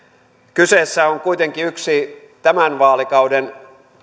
kyseessä on kuitenkin yksi tämän vaalikauden